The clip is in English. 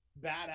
badass